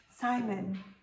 Simon